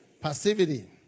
Passivity